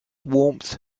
warmth